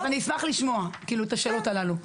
אז אני אשמח לשמוע את התשובות לשאלות הללו.